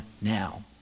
now